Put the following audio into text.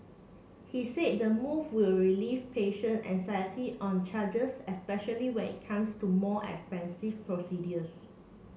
he said the move will relieve patient anxiety on charges especially when it comes to more expensive procedures